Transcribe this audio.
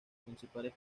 principales